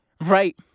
right